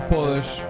Polish